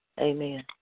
amen